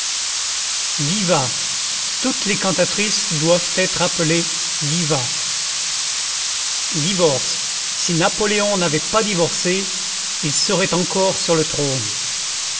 diva toutes les cantatrices doivent être appelées diva divorce si napoléon n'avait pas divorcé il serait encore sur le trône